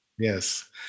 Yes